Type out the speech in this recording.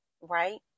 right